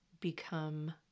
become